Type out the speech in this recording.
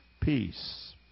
Peace